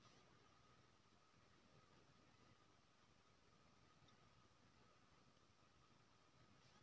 warfarin पहिल rodenticide छल जेकर निर्माण उन्नैस सय पचास मे भेल रहय